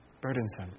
burdensome